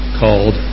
called